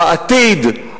העתיד,